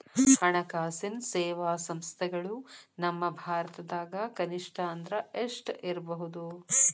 ಹಣ್ಕಾಸಿನ್ ಸೇವಾ ಸಂಸ್ಥೆಗಳು ನಮ್ಮ ಭಾರತದಾಗ ಕನಿಷ್ಠ ಅಂದ್ರ ಎಷ್ಟ್ ಇರ್ಬಹುದು?